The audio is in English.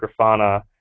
Grafana